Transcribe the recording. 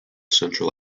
central